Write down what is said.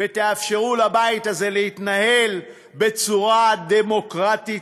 ותאפשרו לבית הזה להתנהל בצורה דמוקרטית,